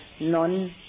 non